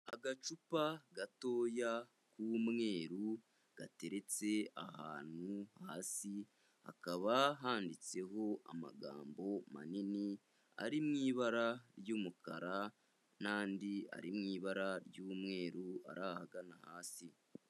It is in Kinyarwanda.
Agacupa gatoya k'umweru gateretse ahantu hasi, hakaba handitseho amagambo manini ari mu ibara ry'umukara n'andi ari mu ibara ry'umweru ari ahagana hasi.